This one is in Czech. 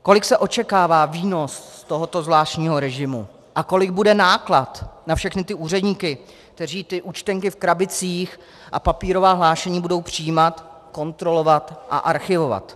Kolik se očekává výnos z tohoto zvláštního režimu a kolik bude náklad na všechny ty úředníky, kteří ty účtenky v krabicích a papírová hlášení budou přijímat, kontrolovat a archivovat?